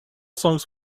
songs